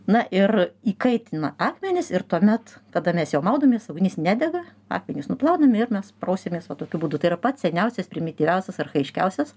na ir įkaitina akmenis ir tuomet tada mes jau maudomės ugnis nedega akmenys nuplaunami ir mes prausiamės va tokiu būdu tai yra pats seniausias primityviausias archajiškiausias